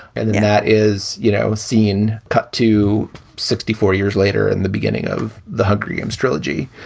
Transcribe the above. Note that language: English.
and then that is. you know, seen cut to sixty four years later and the beginning of the hunger games trilogy.